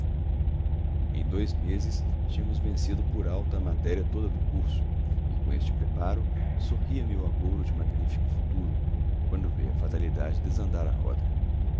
em dois meses tínhamos vencido por alto a matéria toda do curso e com este preparo sorriame o agouro de magnífico futuro quando veio a fatalidade desandar a roda